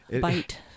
bite